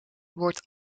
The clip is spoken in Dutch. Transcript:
wordt